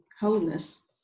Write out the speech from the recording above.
wholeness